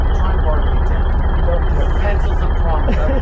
try and barter me down. i'm going to. pencils of promise,